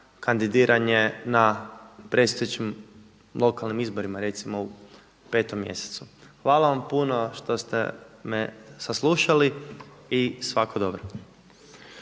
kandidiranje na predstojećim lokalnim izborima, recimo u 5. mjesecu. Hvala vam puno što ste me saslušali i svako dobro.